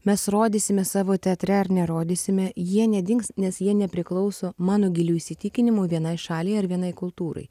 mes rodysime savo teatre ar nerodysime jie nedings nes jie nepriklauso mano giliu įsitikinimu vienai šaliai ar vienai kultūrai